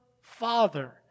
Father